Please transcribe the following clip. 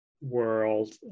world